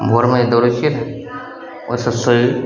भोरमे जे दौड़य छियैने ओइसँ शरीर